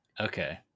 Okay